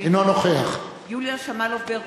אינו נוכח יוליה שמאלוב-ברקוביץ,